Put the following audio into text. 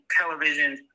television